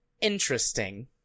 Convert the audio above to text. interesting